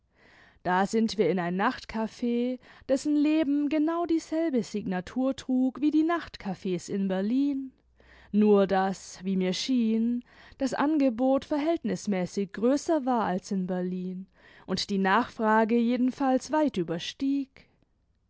da sind wir in ein nachtcaf dessen leben genau dieselbe signatur trug wie die nachtcafs in berlin nur daß wie mir schien das angebot verhältnismäßig größer war als in b imd die nachfrage jedenfalls weit überstieg